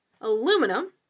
aluminum